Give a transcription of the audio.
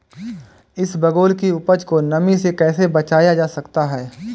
इसबगोल की उपज को नमी से कैसे बचाया जा सकता है?